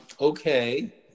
okay